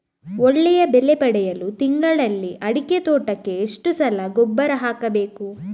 ಒಳ್ಳೆಯ ಬೆಲೆ ಪಡೆಯಲು ತಿಂಗಳಲ್ಲಿ ಅಡಿಕೆ ತೋಟಕ್ಕೆ ಎಷ್ಟು ಸಲ ಗೊಬ್ಬರ ಹಾಕಬೇಕು?